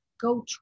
Go